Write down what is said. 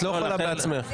את לא יכולה בעצמך.